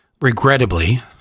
regrettably